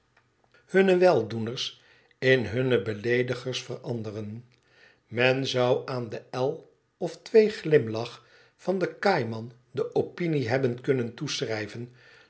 hunne weldoeners in hunne beleedigers veranderen men zou aan de el of twee glimlach van den kaaiman de opinie hebben kunnen toeschrijven